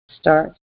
Start